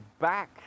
back